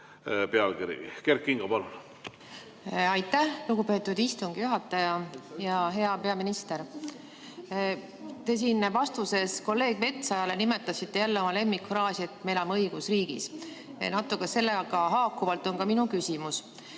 Kert Kingo, palun! Aitäh, lugupeetud istungi juhataja! Hea peaminister! Te vastuses kolleeg Metsojale nimetasite jälle oma lemmikfraasi, et me elame õigusriigis. Natuke sellega haakuvalt on ka minu küsimus.